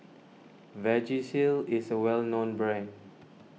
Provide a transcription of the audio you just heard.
Vagisil is a well known brand